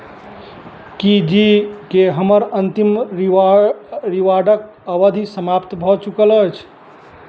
कि जी के हमर अन्तिम रिवार रिवॉर्डक अवधि समाप्त भऽ चुकल अछि